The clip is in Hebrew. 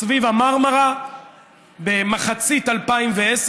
סביב המרמרה באמצע 2010,